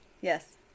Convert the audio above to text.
Yes